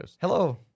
Hello